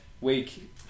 week